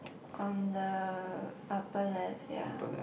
on the upper left ya